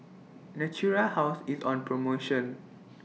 Natura House IS on promotion